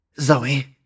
Zoe